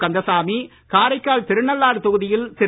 கந்தசாமி காரைக்கால் திருநள்ளாறு தொகுதியில் திரு